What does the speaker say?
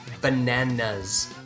Bananas